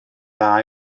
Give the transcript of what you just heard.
dda